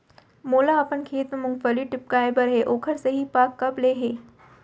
मोला अपन खेत म मूंगफली टिपकाय बर हे ओखर सही पाग कब ले हे?